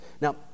Now